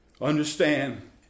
understand